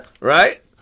Right